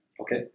Okay